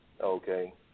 okay